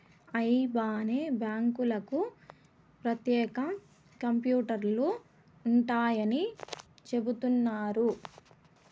IBAN బ్యాంకులకు ప్రత్యేక కంప్యూటర్లు ఉంటాయని చెబుతున్నారు